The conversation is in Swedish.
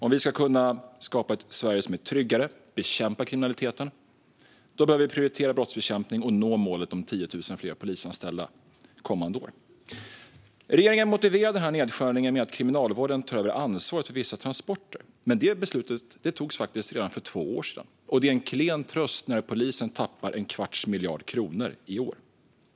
Om vi ska skapa ett Sverige som är tryggare och bekämpa kriminaliteten behöver vi prioritera brottsbekämpning och nå målet om 10 000 fler polisanställda kommande år. Regeringen motiverar nedskärningen med att Kriminalvården tar över ansvaret för vissa transporter. Men det beslutet fattades redan för två år sedan, och det är en klen tröst när polisen tappar en kvarts miljard kronor i år.